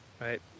right